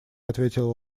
ответила